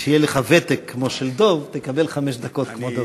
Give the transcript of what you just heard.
כשיהיה לך ותק כמו של דב, תקבל חמש דקות כמו דב.